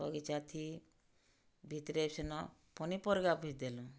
ବଗିଚାଥି ଭିତ୍ରେ ସେନ ପନିପରିବା ଭି ଦେଲୁଁ